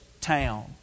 town